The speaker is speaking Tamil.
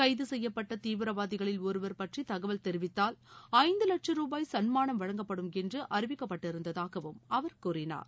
கைது செய்யப்பட்ட தீவிரவாதிகளில் ஒருவர் பற்றி தகவல் தெரிவித்தால் ஐந்து வட்ச ரூபாய் சன்மானம் வழங்கப்படும் என்று அறிவிக்கப்பட்டிருந்ததாகவும் அவர் கூறினார்